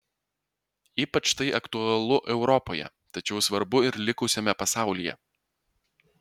ypač tai aktualu europoje tačiau svarbu ir likusiame pasaulyje